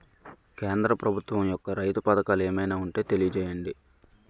కేంద్ర ప్రభుత్వం యెక్క రైతు పథకాలు ఏమైనా ఉంటే తెలియజేయండి?